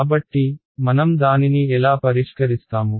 కాబట్టి మనం దానిని ఎలా పరిష్కరిస్తాము